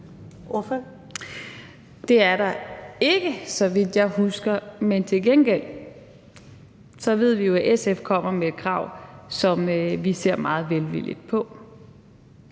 (RV): Det er der ikke, så vidt jeg husker. Men til gengæld ved vi jo, at SF kommer med et krav, som vi ser meget velvilligt på.